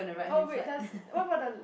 oh wait does what about the